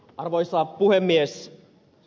arvoisa puhemies